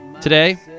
Today